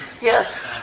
Yes